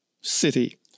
city